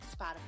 Spotify